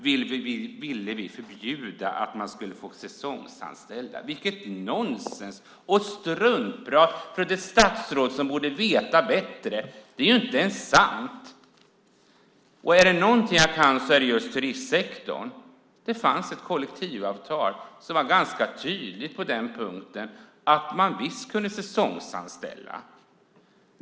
Ville vi förbjuda att man skulle få säsongsanställa? Vilket nonsens och struntprat från det statsråd som borde veta bättre! Det är inte sant! Är det någonting jag kan är det turistsektorn. Det fanns ett kollektivavtal som var ganska tydligt på den punkten. Man kunde visst säsongsanställa.